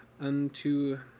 unto